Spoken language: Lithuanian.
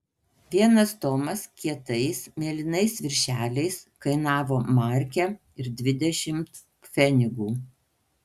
vienas tomas kietais mėlynais viršeliais kainavo markę ir dvidešimt pfenigų